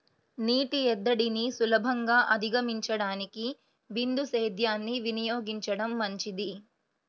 నీటి ఎద్దడిని సులభంగా అధిగమించడానికి బిందు సేద్యాన్ని వినియోగించడం మంచిది